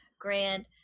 Grand